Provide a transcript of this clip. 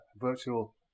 virtual